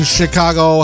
Chicago